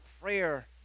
prayer